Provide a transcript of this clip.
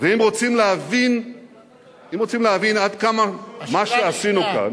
אם רוצים להבין מה שעשינו כאן,